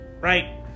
Right